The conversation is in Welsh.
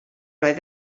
oedd